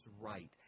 right